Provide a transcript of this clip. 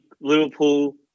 Liverpool